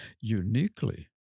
uniquely